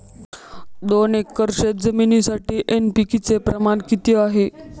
दोन एकर शेतजमिनीसाठी एन.पी.के चे प्रमाण किती आहे?